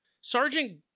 Sergeant